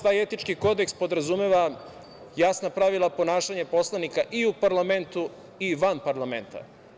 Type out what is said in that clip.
Taj etički kodeks podrazumeva jasna pravila ponašanja poslanika i u parlamentu i u van parlamenta.